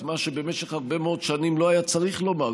את מה שבמשך הרבה מאוד שנים לא היה צריך לומר,